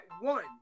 one